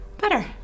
Better